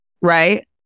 right